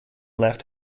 left